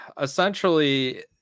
essentially